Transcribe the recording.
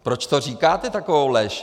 Proč to říkáte, takovou lež?